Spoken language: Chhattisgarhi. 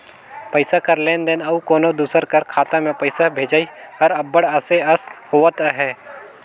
पइसा कर लेन देन अउ कोनो दूसर कर खाता में पइसा भेजई हर अब्बड़ असे अस होवत अहे